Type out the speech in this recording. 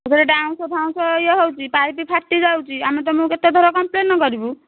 ଡାଉଁଶ ଫାଉଁଶ ଇଏ ହେଉଛି ପାଇପ୍ ଫାଟିଯାଉଛି ଆମେ ତୁମକୁ କେତେ ଥର କମ୍ପ୍ଲେନ କରିବୁ